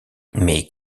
mais